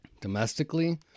domestically